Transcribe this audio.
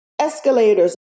escalators